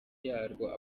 yarwo